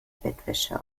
bettwäsche